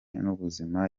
n’ubuzima